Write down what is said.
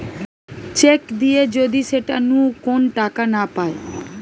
check দিয়ে যদি সেটা নু কোন টাকা না পায়